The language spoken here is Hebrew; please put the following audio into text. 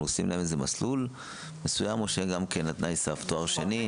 אנחנו עושים להם מסלול מסוים או תנאי סף הם תואר שני?